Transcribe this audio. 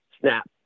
snap